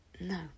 No